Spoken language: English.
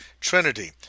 trinity